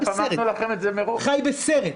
מדהים חי בסרט.